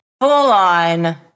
full-on